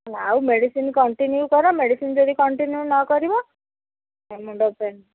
ହେଲା ଆଉ medicine continue କର ମେଡ଼ିସିନ୍ ଯଦି କଂଟିନ୍ୟୁ ନକରିବ ମୁଣ୍ଡ ପେନ୍